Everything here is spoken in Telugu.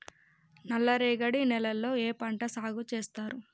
నల్లరేగడి నేలల్లో ఏ పంట సాగు చేస్తారు?